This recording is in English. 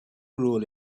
rule